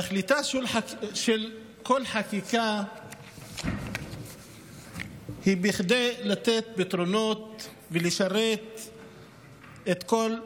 תכליתה של כל חקיקה היא לתת פתרונות ולשרת את כל הציבור.